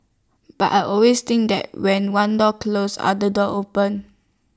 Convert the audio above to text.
but I always think that when one door closes other door open